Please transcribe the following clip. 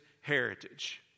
heritage